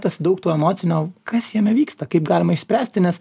tas daug to emocinio kas jame vyksta kaip galima išspręsti nes